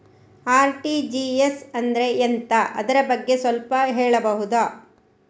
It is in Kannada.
ಆರ್.ಟಿ.ಜಿ.ಎಸ್ ಅಂದ್ರೆ ಎಂತ ಅದರ ಬಗ್ಗೆ ಸ್ವಲ್ಪ ಹೇಳಬಹುದ?